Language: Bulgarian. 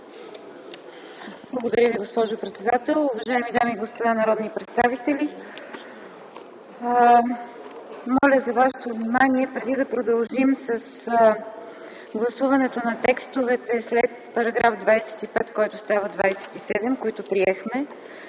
Благодаря Ви, госпожо председател. Уважаеми дами и господа народни представители, моля за вашето внимание! Преди да продължим с гласуването на текстовете след § 25, който става 27, които приехме,